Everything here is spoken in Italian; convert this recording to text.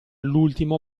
l’ultimo